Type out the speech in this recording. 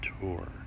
tour